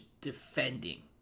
defending